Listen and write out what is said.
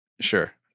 sure